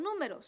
Números